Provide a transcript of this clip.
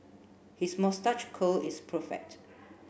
his moustache curl is perfect